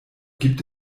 gibt